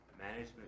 management